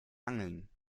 angeln